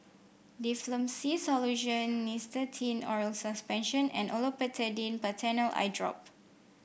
Difflam C Solution Nystatin Oral Suspension and Olopatadine Patanol Eyedrop